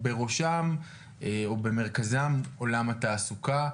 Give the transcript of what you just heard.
בראשם ובמרכזם עולם התעסוקה.